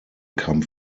come